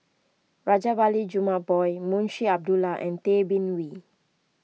Rajabali Jumabhoy Munshi Abdullah and Tay Bin Wee